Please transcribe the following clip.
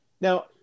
Now